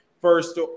first